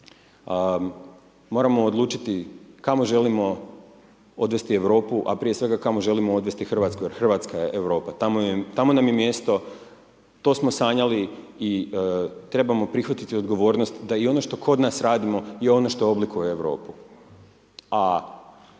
Moramo odlučiti kamo želimo odvesti Europu a prije svega kamo želimo odvesti Hrvatsku jer Hrvatska je Europa, tamo nam je mjesto, to smo sanjali i trebamo prihvatiti odgovornost da i ono što kod nas radimo je ono što oblikuje Europu.